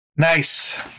Nice